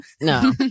no